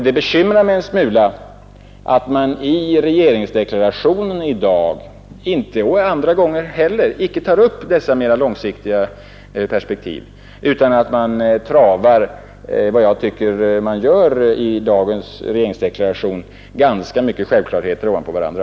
Det bekymrar mig att man inte i regeringsdeklarationen i dag — och inte vid andra tillfällen heller — tar upp dessa mera långsiktiga perspektiv, utan att man travar, såsom jag tycker man gör i dagens regeringsdeklaration, ganska många självklarheter ovanpå varandra.